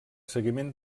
seguiment